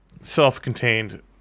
self-contained